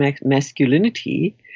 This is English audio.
masculinity